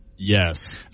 Yes